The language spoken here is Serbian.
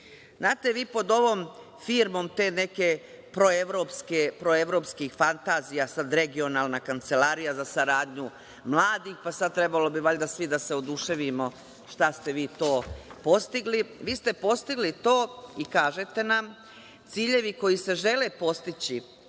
redu. Znate, vi pod ovom firmom te neke proevrpskih fantazija, sad Regionalna kancelarija za saradnju mladih, pa sad trebalo bi valjda svi da se oduševimo šta ste vi to postigli. Vi ste postigli to i kažete nam – ciljevi koji se žele postići,